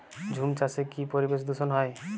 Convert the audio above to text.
ঝুম চাষে কি পরিবেশ দূষন হয়?